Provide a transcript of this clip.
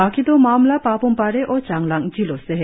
बाकी दो मामला पाप्मपारे और चांगलांग जिलों से है